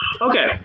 okay